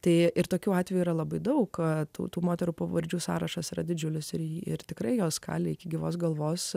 tai ir tokiu atveju yra labai daug tautų moterų pavardžių sąrašas yra didžiulis ir jį ir tikrai jo skalę iki gyvos galvos